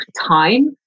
time